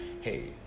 Hey